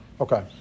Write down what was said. Okay